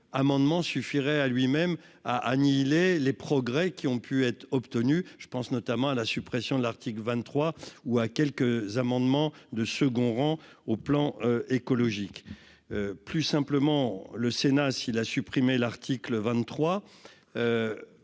amendement suffirait à lui-même à annihiler les progrès qui ont pu être obtenus, je pense notamment à la suppression de l'article 23 ou à quelques amendements de second rang au plan écologique, plus simplement, le Sénat s'il a supprimé l'article 23